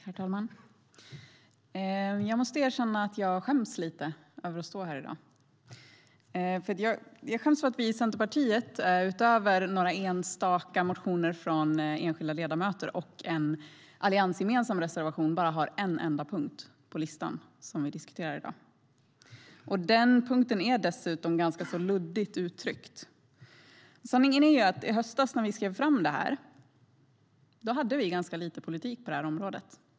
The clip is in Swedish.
Herr talman! Jag måste erkänna att jag skäms lite över att stå här i dag. Jag skäms för att vi i Centerpartiet, utöver några enstaka motioner från enskilda ledamöter och en alliansgemensam reservation, bara har en enda punkt på den lista som vi diskuterar i dag. Denna punkt är dessutom ganska luddigt uttryckt. Sanningen är att när vi skrev detta i höstas hade vi ganska lite politik på området.